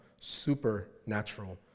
supernatural